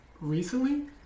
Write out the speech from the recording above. Recently